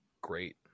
great